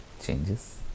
changes